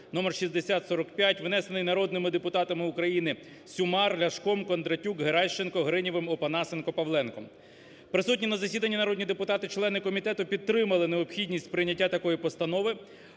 (номер 6045), внесений народними депутатами України Сюмар, Ляшком, Кондратюк, Геращенко, Гринівим, Опанасенком, Павленком. Присутні на засіданні народні депутати, члени комітету, підтримали необхідність прийняття такої постанови.